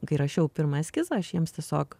kai rašiau pirmą eskizą aš jiems tiesiog